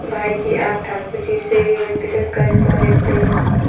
भाई जी आप ठाकुर जी से ही व्यक्तिगत कर्ज क्यों लेते हैं?